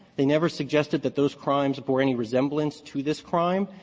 they never suggested that those crimes bore any resemblance to this crime.